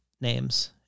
names